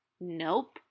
Nope